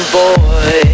boy